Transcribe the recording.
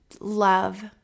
love